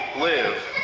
live